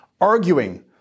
Arguing